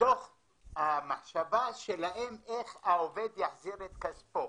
מתוך המחשבה שלהם איך העובד יחזיר את כספו.